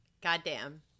Goddamn